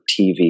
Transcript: TV